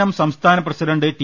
M സംസ്ഥാന president T